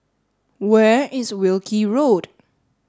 where is Wilkie Road